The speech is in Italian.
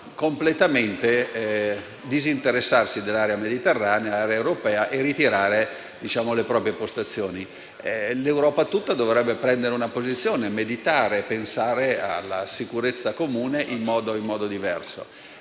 completamente dell'area mediterranea ed europea e di ritirare le proprie postazioni. L'Europa tutta dovrebbe prendere una posizione, meditare e pensare alla sicurezza comune in modo diverso.